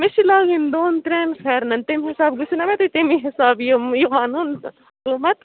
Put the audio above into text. مےٚ چھِ لاگٕنۍ دۄن ترٛٮ۪ن پھٮ۪رنن تمہِ حِساب گٔژھِو نا تُہۍ تمی حِساب یہِ یہِ وَنُن قۭمت